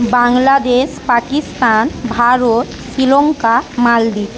Bangladesh Pakistan Bharat Sri Lanka Maldives